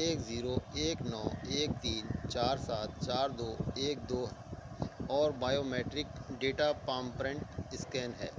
ایک زیرو ایک نو ایک تین چار سات چار دو ایک دو اور biometric data palm print scan ہے